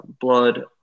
blood